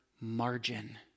margin